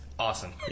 awesome